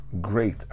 great